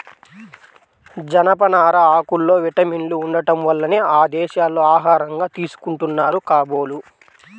జనపనార ఆకుల్లో విటమిన్లు ఉండటం వల్లనే ఆ దేశాల్లో ఆహారంగా తీసుకుంటున్నారు కాబోలు